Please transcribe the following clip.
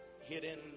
hidden